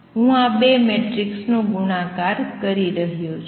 હું આ બે મેટ્રિકસ નો ગુણાકાર કરી રહ્યો છુ